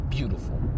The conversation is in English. Beautiful